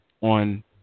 on